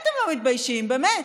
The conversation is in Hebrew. איך אתם לא מתביישים, באמת?